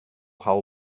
how